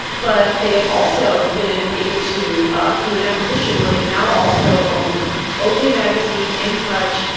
but they have also been able to do an acquisition where they now also own ok! magazine, in touch,